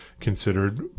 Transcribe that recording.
considered